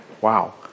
Wow